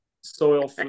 soil